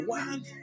one